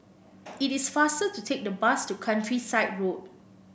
it is faster to take the bus to Countryside Road